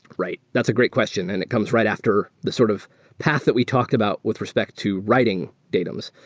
right. that's a great question, and it comes right after the sort of path that we talked about with respect to writing datums.